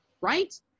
right